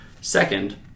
Second